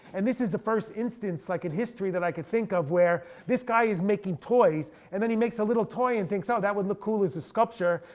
and this is the first instance like in history that i could think of where this guy is making toys. and then he makes a little toy and thinks, oh that would look cool as a sculpture.